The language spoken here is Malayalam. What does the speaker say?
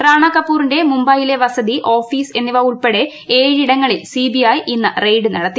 റാണാ കപൂറിന്റെ മുംബൈയിലെ വസതി ഓഫീസ് എന്നിവ ഉൾപ്പെടെ ഏഴിടങ്ങളിൽ സി ബി ഐ ഇന്ന് റെയ്ഡ് നടത്തി